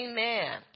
Amen